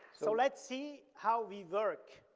so let's see how we work,